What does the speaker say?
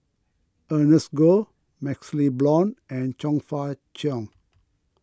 Ernest Goh MaxLe Blond and Chong Fah Cheong